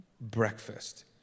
Breakfast